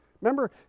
Remember